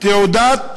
תעודת